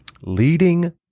Leading